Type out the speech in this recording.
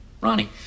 Ronnie